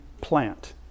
plant